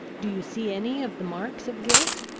do you see any of the marks of guilt?